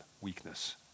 weakness